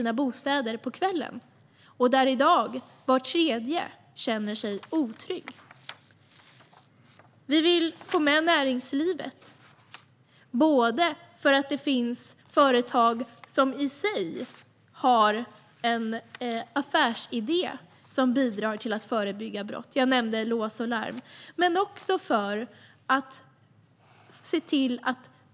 I dag känner sig var tredje kvinna otrygg. Vi vill få med näringslivet. Det finns företag som har en affärsidé som i sig bidrar till att förebygga brott - jag nämnde Lås & Larm.